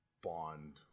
bond